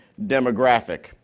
demographic